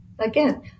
Again